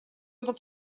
этот